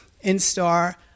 Instar